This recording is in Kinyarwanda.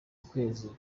ukwezi